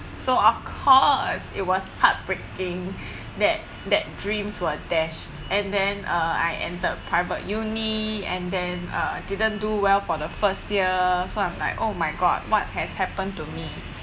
so of course it was heartbreaking that that dreams were dashed and then uh I enter private uni and then uh didn't do well for the first year so I'm like oh my god what has happened to me